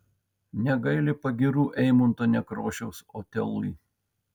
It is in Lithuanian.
negaili pagyrų eimunto nekrošiaus otelui